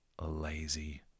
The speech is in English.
lazy